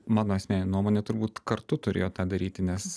mano asmeninė nuomonė turbūt kartu turėjo tą daryti nes